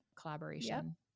collaboration